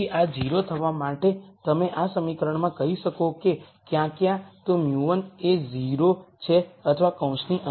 તેથી આ 0 થવા માટે તમે આ સમીકરણમાં કહી શકો કે ક્યાં ક્યાં તો μ1 એ 0 છે અથવા કૌંસની અંદર જે હોય તે 0 છે